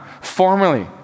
Formerly